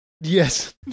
Yes